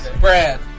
Brad